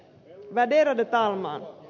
värderade talman